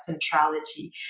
centrality